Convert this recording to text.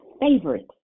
favorite